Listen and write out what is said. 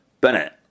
Bennett